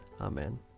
Amen